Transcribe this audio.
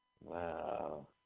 wow